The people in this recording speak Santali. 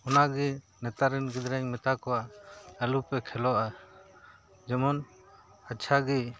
ᱚᱱᱟᱜᱮ ᱱᱮᱛᱟᱨ ᱨᱮᱱ ᱜᱤᱫᱽᱨᱟᱹᱧ ᱢᱮᱛᱟ ᱠᱚᱣᱟ ᱟᱞᱚ ᱯᱮ ᱠᱷᱮᱞᱳᱜᱼᱟ ᱡᱮᱢᱚᱱ ᱟᱪᱪᱷᱟ ᱜᱮ